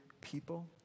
people